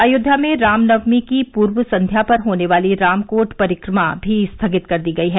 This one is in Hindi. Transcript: अयोध्या में रामनवमी की पूर्व संध्या पर होने वाली रामकोट की परिक्रमा भी स्थगित कर दी गई है